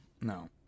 No